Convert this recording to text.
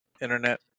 internet